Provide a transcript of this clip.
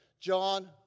John